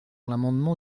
l’amendement